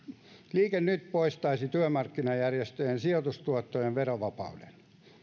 liike nyt poistaisi työmarkkinajärjestöjen sijoitustuottojen verovapauden